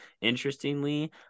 Interestingly